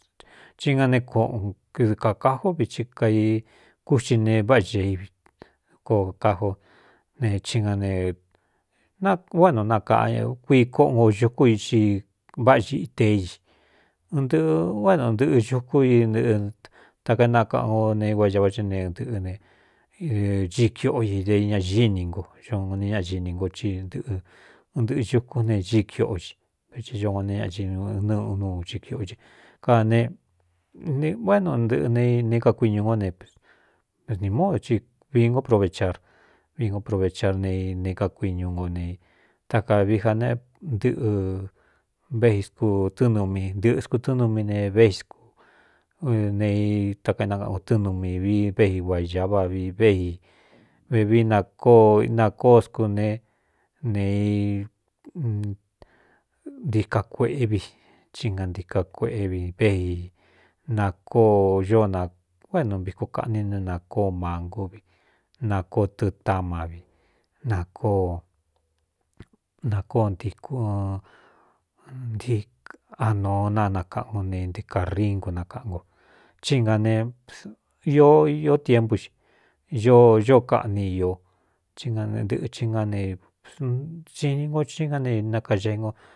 Tí ga né kuoꞌn dɨ kākaji ó vi ti kai kúxi ne váꞌa xaívi kookaji o ne ti ña ne nu énu nakaꞌa kuii koꞌon koxukú ii váꞌa xiꞌiteé ñi ɨtɨꞌɨ o é ntɨꞌɨ xukú i nɨꞌɨ takaénakaꞌan o nei ua ña vá chi nendɨꞌɨ e cíi kiꞌo i de ñañí ni ngo ñon ñañi ni ngo i ntɨꞌɨ ɨn ndɨꞌɨ xukún ne íi kiꞌo xi veti ño o ne ñainɨunuu cɨi kiꞌo cɨ kaa ne o énu ntɨꞌɨ ne ne kakuiñū ngo ne veni módo i vi ng provechar vi ngo provechar ne i ne kakuiñu ngo nei ta ka vií ja ne ntɨꞌɨ ve scutɨ́ɨnumi ntɨꞌɨ skutɨ́numi ne veiscu neei takaénakautɨɨnu mi vi véꞌi ua īa váꞌ vi véi vevií ako nakóo scú ne ne i ntika kueꞌé vi i nga ntíka kueꞌé vi véiī na kóo ñó o énu viko kaꞌni né nakóo mángú vi na koo tɨ tamá vi nakoo nakóo ntiku nti anō na nakaꞌan ko ne ntecāringunakaꞌan ko tí nga ne īo tiempú xi o ñó kaꞌní io í nanntɨꞌɨ chi na nexhini nko i na ne nakayei nko.